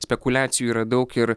spekuliacijų yra daug ir